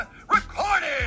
recording